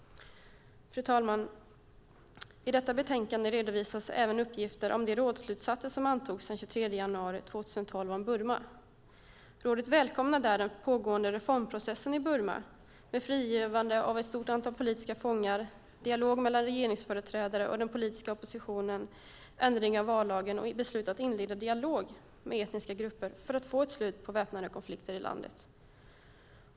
Fru talman! I detta betänkande redovisas även uppgifter om de rådsslutsatser som antogs den 23 januari 2012 om Burma. Rådet välkomnar där den pågående reformprocessen i Burma, med frigivande av ett stort antal politiska fångar, dialog mellan regeringsföreträdare och den politiska oppositionen, ändring av vallagen och beslut om att inleda dialog med etniska grupper för att få ett slut på de väpnade konflikterna i landet.